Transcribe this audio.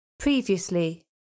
Previously